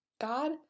God